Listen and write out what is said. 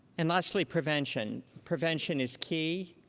and lastly, prevention. prevention is key.